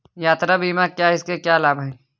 यात्रा बीमा क्या है इसके क्या लाभ हैं?